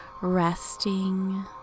resting